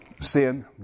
sin